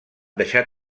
deixar